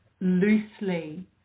loosely